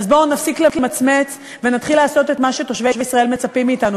אז בואו נפסיק למצמץ ונתחיל לעשות את מה שתושבי ישראל מצפים מאתנו,